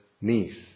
niece